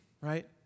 right